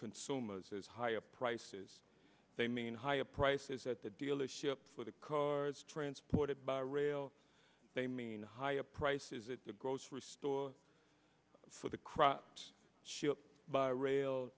consumers has higher prices they mean higher prices at the dealership for the cards transported by rail they mean higher prices at the grocery store for the crops shipped by rail